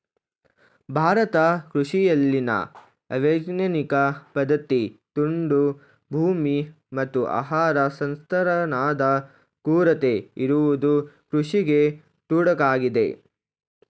ಭಾರತ ಕೃಷಿಯಲ್ಲಿನ ಅವೈಜ್ಞಾನಿಕ ಪದ್ಧತಿ, ತುಂಡು ಭೂಮಿ, ಮತ್ತು ಆಹಾರ ಸಂಸ್ಕರಣಾದ ಕೊರತೆ ಇರುವುದು ಕೃಷಿಗೆ ತೊಡಕಾಗಿದೆ